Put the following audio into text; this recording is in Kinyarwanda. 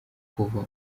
kuva